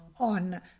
on